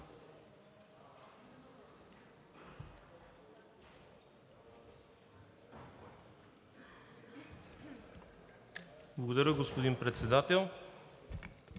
Благодаря, господин Председател.